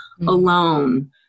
alone